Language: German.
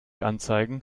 anzeigen